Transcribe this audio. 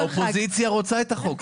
אבל האופוזיציה רוצה את החוק.